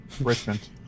Richmond